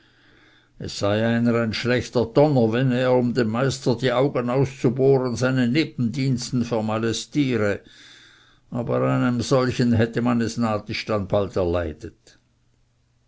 es sei einer ein schlechter donner wenn er um dem meister die augen auszubohren seine nebendiensten vermalestiere aber einem solchen hätte man es nadisch dann bald erleidet